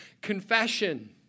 confession